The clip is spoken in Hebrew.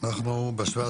אני מתכבד לפתוח את הדיון.